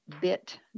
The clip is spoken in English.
bit